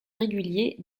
réguliers